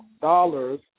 dollars